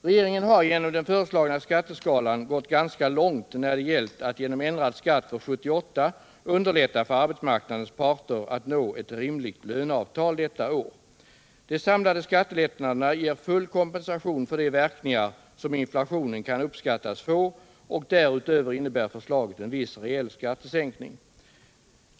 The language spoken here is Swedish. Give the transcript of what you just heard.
Regeringen har genom den föreslagna skatteskalan gått ganska långt när det gällt att genom ändrad skatt för 1978 underlätta för arbetsmarknadens parter att nå ett rimligt löneavtal för detta år. De samlade skattelättnaderna ger full kompensation för de verkningar som inflationen kan uppskattas få, och därutöver innebär förslaget en viss reell skattesänkning.